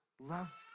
love